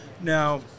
Now